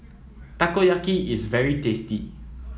Takoyaki is very tasty